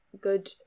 good